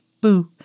boo